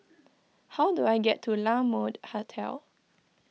how do I get to La Mode Hotel